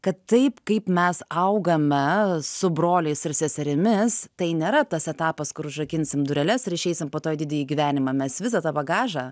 kad taip kaip mes augame su broliais ir seserimis tai nėra tas etapas kur užrakinsim dureles ir išeisim po to į didįjį gyvenimą mes visą tą bagažą